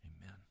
Amen